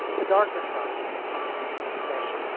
the darker side of police discretion.